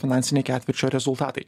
finansiniai ketvirčio rezultatai